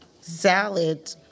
salad